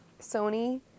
Sony